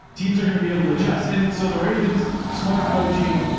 teams are going to be able to adjust. and so the ravens smart coaching,